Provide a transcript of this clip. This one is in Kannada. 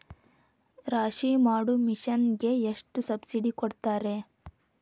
ರಾಶಿ ಮಾಡು ಮಿಷನ್ ಗೆ ಎಷ್ಟು ಸಬ್ಸಿಡಿ ಕೊಡ್ತಾರೆ?